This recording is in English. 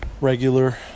regular